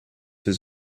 his